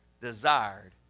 desired